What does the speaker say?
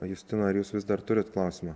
justina ar jūs vis dar turit klausimą